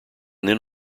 then